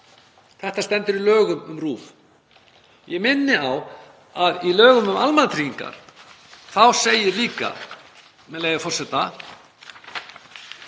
Þetta stendur í lögum um RÚV. Ég minni á að í lögum um almannatryggingar segir líka, með leyfi forseta: